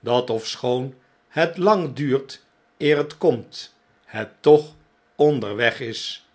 dat ofschoon het lang duurt eer het komt het toch onderweg is